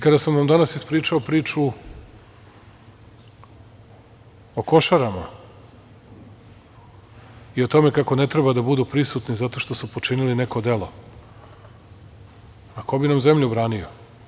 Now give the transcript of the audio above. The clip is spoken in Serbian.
Kada sam vam danas ispričao pričao o Košarama i o tome kako ne treba da budu prisutne zato što su počinile neko delo, a ko bi nam zemlju branio?